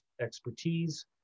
expertise